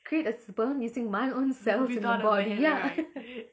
create a sperm using my own cells without a boy ya